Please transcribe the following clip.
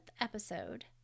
episode